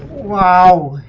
while